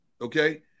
Okay